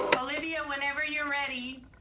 olivia, whenever you're ready.